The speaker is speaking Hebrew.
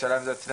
שהיא באה